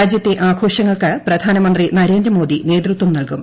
രാജ്യത്തെ ആഘോഷങ്ങൾക്ക് പ്രധാനമന്ത്രി നരേന്ദ്രമോദി നേതൃത്വം നൽകും